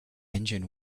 engine